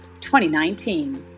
2019